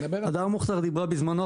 הדר מוכתר דיברה בזמנו,